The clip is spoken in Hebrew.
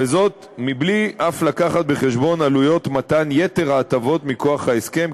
וזאת אף בלי להביא בחשבון עלויות מתן יתר ההטבות מכוח ההסכם,